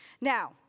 Now